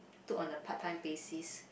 took on a part time basis